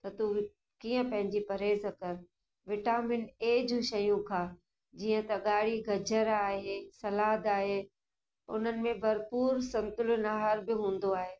त तूं कीअं पंहिंजी परहेज कर विटामिन ऐ जी शयूं खा जीअं त ॻाढ़ी गजर आहे सलाद आहे उन्हनि में भरपूर संतुलन आहार बि हूंदो आहे